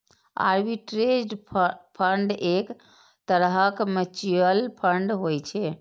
arbitrage fund एक तरहक mutual fund होइ छै